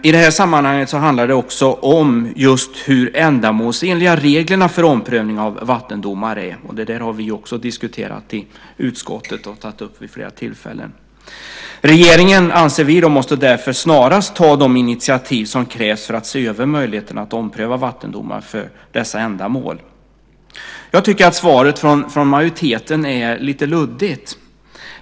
I det här sammanhanget handlar det också om hur ändamålsenliga reglerna för omprövning av vattendomar är. Det har vi också tagit upp vid flera tillfällen och diskuterat i utskottet. Vi anser att regeringen snarast måste ta de initiativ som krävs för att se över möjligheten att ompröva vattendomar för dessa ändamål. Svaret från majoriteten är lite luddigt.